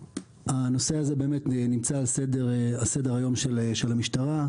הנושא הזה באמת נמצא על סדר היום של המשטרה.